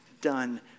done